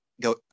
go